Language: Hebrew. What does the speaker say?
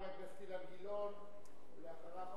חבר הכנסת אילן גילאון, ואחריו,